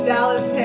Dallas